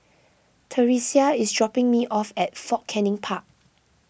theresia is dropping me off at Fort Canning Park